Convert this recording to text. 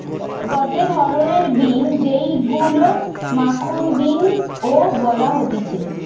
গটে ধরণের বিন যেইগুলো মাখন বিন ও বলা হতিছে